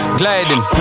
gliding